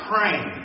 praying